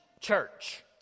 church